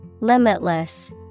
Limitless